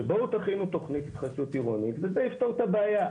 שבואו תכינו תכנית התחדשות עירונית וזה יפתור את הבעיה.